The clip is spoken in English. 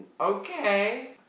Okay